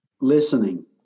Listening